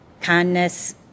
kindness